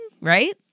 right